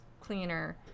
cleaner